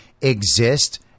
exist